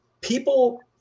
people